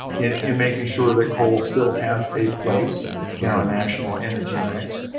in in making sure that coal still has a place in our national energy mix.